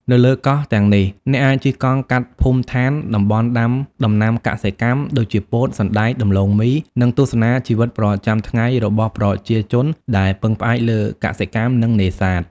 នៅលើកោះទាំងនេះ អ្នកអាចជិះកង់កាត់ភូមិដ្ឋាន តំបន់ដាំដំណាំកសិកម្ម ដូចជាពោត សណ្តែក ដំឡូងមី និងទស្សនាជីវិតប្រចាំថ្ងៃរបស់ប្រជាជនដែលពឹងផ្អែកលើកសិកម្ម និងនេសាទ។